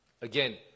Again